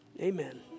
Amen